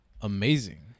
amazing